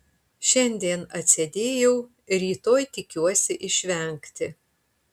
šiandien atsėdėjau rytoj tikiuosi išvengti